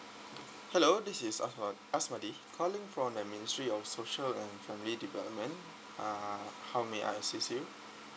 hello this is asba~ azbadi calling from the ministry of social and family development uh how may I assist you